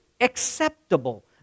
acceptable